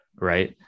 right